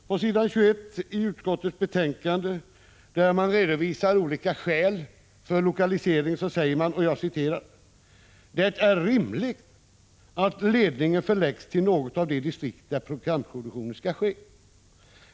På s. 21 i betänkandet, där man redovisar olika skäl för lokaliseringen, säger man: ”Det är rimligt att ledningen förläggs till något av de distrikt där programproduktionen skall ske.